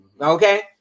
Okay